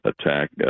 attack